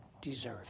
deserve